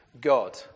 God